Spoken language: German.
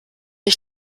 ich